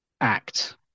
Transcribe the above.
act